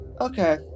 okay